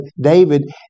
David